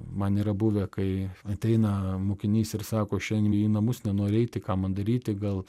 man yra buvę kai ateina mokinys ir sako šiandien į namus nenori eiti ką man daryti gal